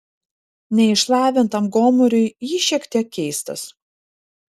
neišlavintam gomuriui jis šiek tiek keistas